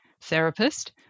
therapist